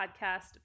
podcast